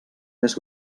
més